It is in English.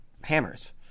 hammers